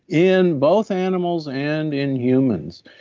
in both animals and in humans,